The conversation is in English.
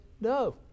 no